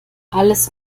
alles